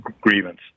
grievance